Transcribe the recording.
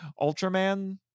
Ultraman